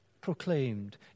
proclaimed